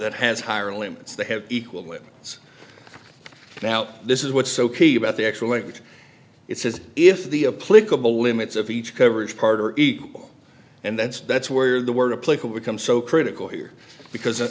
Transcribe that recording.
that has higher limits they have equal rights now this is what's so key about the actual language it's as if the a political limits of each coverage part are equal and that's that's where the word a political becomes so critical here because